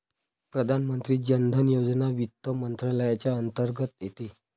प्रधानमंत्री जन धन योजना वित्त मंत्रालयाच्या अंतर्गत येते